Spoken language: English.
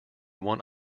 one